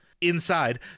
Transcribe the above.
Inside